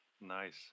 Nice